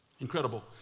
Incredible